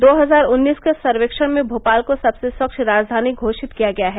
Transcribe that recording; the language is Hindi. दो हजार उन्नीस के सर्वेक्षण में भोपाल को सबसे स्वच्छ राजधानी घोषित किया गया है